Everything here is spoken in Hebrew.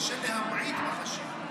קשה להמעיט בחשיבות.